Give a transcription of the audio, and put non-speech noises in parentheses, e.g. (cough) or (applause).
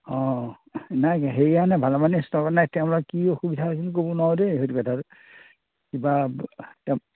অঁ নাই সেইয়া (unintelligible) ভালেমান দিন ইষ্টকত নাই তেওঁলৈ কি অসুবিধা হৈছিল ক'ব নোৱাৰোঁ দেই সেইটো কথাটো কিবা তেওঁ